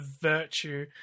virtue